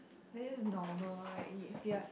there is normal right if ya